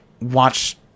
watch